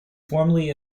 formerly